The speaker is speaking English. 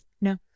no